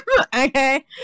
okay